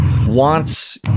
wants